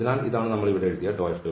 അതിനാൽ ഇതാണ് നമ്മൾ ഇവിടെ എഴുതിയത് F2∂z